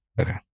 Okay